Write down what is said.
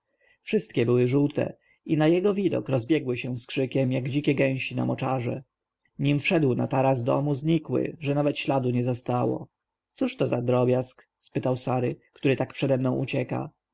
wszystkie były żółte i na jego widok rozbiegły się z krzykiem jak dzikie gęsi na moczarze nim wszedł na taras domu znikły że nawet śladu nie zostało cóż to za drobiazg spytał sary który tak przede mną ucieka